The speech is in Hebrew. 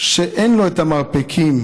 שאין לו את המרפקים.